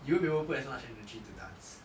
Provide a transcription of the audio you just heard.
you won't be able to put as much energy into dance